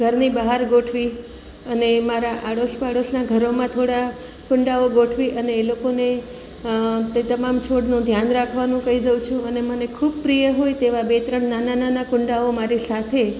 ઘરની બહાર ગોઠવી અને મારા આડોશ પાડોશનાં ઘરોમાં થોડાં કુંડાઓ ગોઠવી અને એ લોકોને તે તમામ છોડનું ધ્યાન રાખવાનુ કહી દઉં છું અને મને ખૂબ પ્રિય હોય તેવાં બે ત્રણ નાના નાના કુંડાઓ મારી સાથે